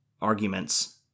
Arguments